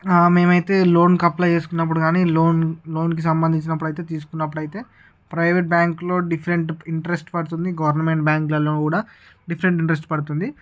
మేమైతే లోన్కి అప్లై చేసుకున్నప్పుడు కానీ లోన్ లోన్కి సంబంధించినప్పుడు అయితే తీసుకున్నప్పుడు అయితే ప్రైవేట్ బ్యాంకులో డిఫరెంట్ ఇంట్రెస్ట్ పడుతుంది గవర్నమెంట్ బ్యాంకులలో కూడా డిఫరెంట్ ఇంట్రెస్ట్ పడుతుంది